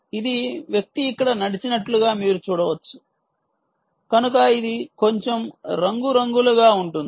ఇది వ్యక్తి ఇక్కడ నడిచినట్లు మీరు చూడవచ్చు కనుక ఇది కొంచెం రంగురంగులగా ఉంటుంది